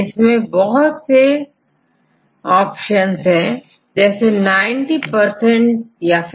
इसमें बहुत से ऑप्शन उपलब्ध है जैसे90 या50